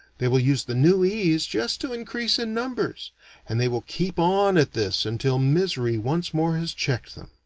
they will use the new ease just to increase in numbers and they will keep on at this until misery once more has checked them.